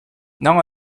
now